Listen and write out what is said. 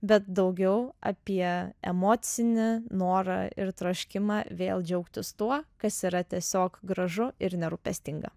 bet daugiau apie emocinį norą ir troškimą vėl džiaugtis tuo kas yra tiesiog gražu ir nerūpestinga